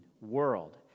world